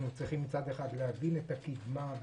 אנחנו צריכים להבין את הקידמה,